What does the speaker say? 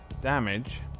damage